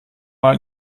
mal